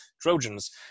Trojans